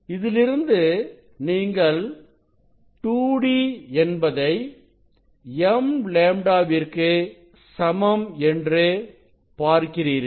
இதிலிருந்து நீங்கள் 2d என்பது m λ விற்கு சமம் என்று பார்க்கிறீர்கள்